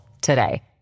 today